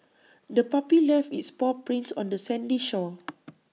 the puppy left its paw prints on the sandy shore